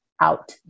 out